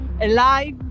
alive